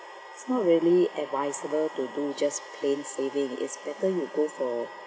it's not really advisable to do just plain saving it's better to go for